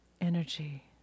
energy